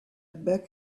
beg